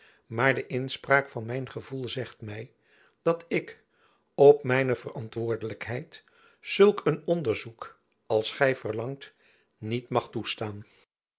maar de inspraak van mijn gevoel zegt my dat ik op mijne verantwoordelijkheid zulk een onderzoek als gy verlangt niet mag toestaan